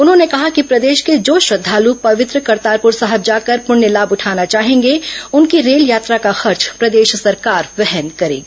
उन्होंने कहा कि प्रदेश के जो श्रद्धाल् पवित्र करतारपुर साहिब जाकर पुण्य लाम उठाना चाहेंगे उनकी रेल यात्रा का खर्च प्रदेश सरकार वहन करेगी